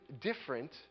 different